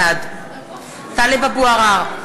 בעד טלב אבו עראר,